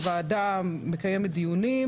הוועדה מקיים דיונים,